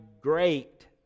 great